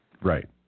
Right